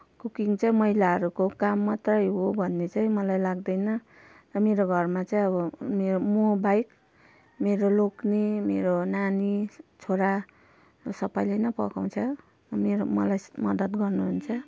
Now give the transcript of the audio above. cooking चाहिँ महिलाहरूको काम मात्रै हो भन्ने चाहिँ मलाई लाग्दैन मेरो घरमा चाहिँ अब मेरो मबाहेक मेरो लोग्ने मेरो नानी छोरा सबैले नै पकाउँछ मेरो मलाई मद्दत गर्नुहुन्छ